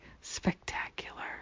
spectacular